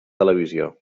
televisió